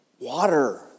Water